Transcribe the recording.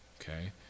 Okay